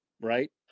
right